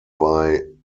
bei